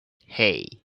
hey